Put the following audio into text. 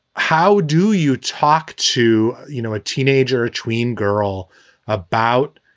how do you talk to you know a teenager, tween girl about.